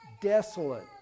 desolate